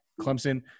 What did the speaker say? Clemson –